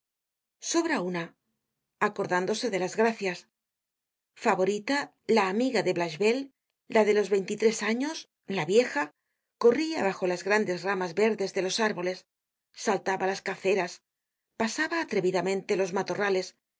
sobra una acordándose de las gracias favorita la amiga de blachevelle la de los veintitres años la vieja corria bajo las grandes ramas verdes de los árboles saltabalas caceras pasaba atrevidamente los matorrales